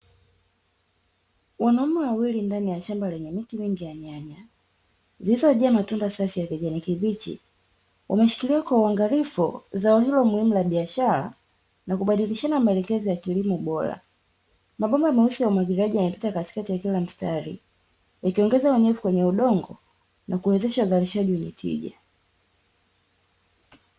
Wanaume wawili ndani ya shamba lenye miti mingi ya nyanya zilizojaa matunda safi ya kijani kibichi, umeshikiliwa kwa uangalifu zao hilo muhimu la biashara na kubadilishana maelekezo ya kilimo bora. Mabomba meusi ya umwagiliaji yamepita katikati ya mistari yakiongeza unyevu kwenye udongo na kuongeza uzalishaji wenye tija.